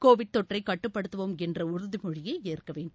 Covid தொற்றைக் கட்டுப்படுத்துவோம் என்ற உறுதிமொழியை ஏற்க வேண்டும்